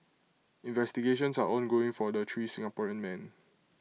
investigations are ongoing for the three Singaporean men